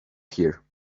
here